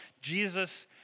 Jesus